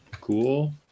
cool